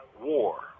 war